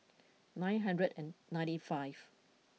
nine hundred and ninety five